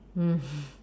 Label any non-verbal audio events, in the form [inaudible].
mm [breath]